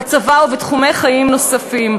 בצבא ובתחומי חיים נוספים.